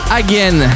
again